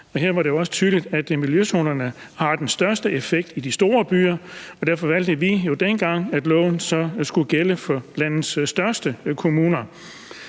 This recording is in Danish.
her var det også tydeligt, at miljøzonerne har den største effekt i de store byer, og derfor valgte vi jo dengang, at loven så skulle gælde for landets største kommuner.